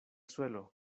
suelo